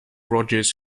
rogers